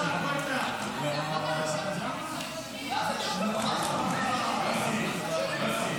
נותנים לחבר הכנסת ששון את הכבוד.